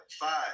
Five